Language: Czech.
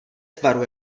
tvaru